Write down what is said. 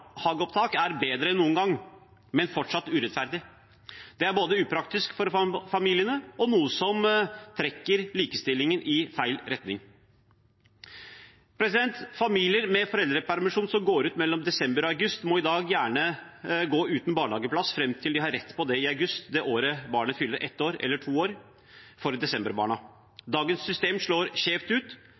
er bedre enn noen gang, men fortsatt urettferdig. Det er både upraktisk for familiene og noe som trekker likestillingen i feil retning. Familier med foreldrepermisjon som går ut mellom desember og august, må i dag gjerne gå uten barnehageplass fram til de har rett på det i august det året barnet fyller ett eller to år, for desemberbarnas del. Dagens system slår skjevt ut